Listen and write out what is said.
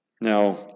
Now